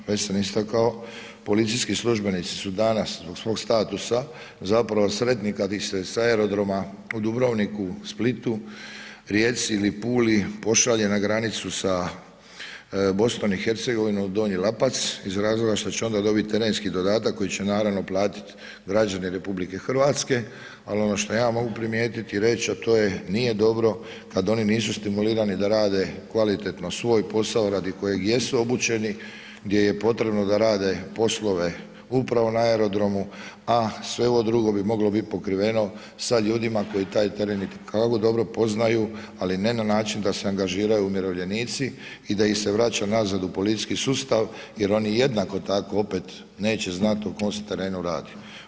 Već sam istakao, policijski službenici su danas zbog svog statusa zapravo sretni kad ih se sa aerodroma u Dubrovniku, Splitu, Rijeci ili Puli pošalje na granicu sa BiH u Donji Lapac iz razloga što će onda dobit terenski dodatak koji će naravno platit građani RH, al ono što ja mogu primijetit i reć, a to je nije dobro kad oni nisu stimulirani da rade kvalitetno svoj posao radi kojeg jesu obučeni, gdje je potrebno da rade poslove upravo na aerodromu, a sve ovo drugo bi moglo bit pokriveno sa ljudima koji taj teren itekako dobro poznaju, ali ne način da se angažiraju umirovljenici i da ih se vraća nazad u policijski sustav jer oni jednako tako opet neće znat o kom se terenu radi.